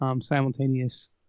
simultaneous